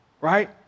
right